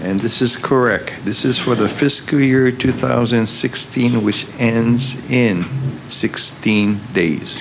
and this is correct this is for the fiscal year two thousand and sixteen which ends in sixteen days